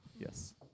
Yes